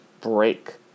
break